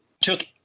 took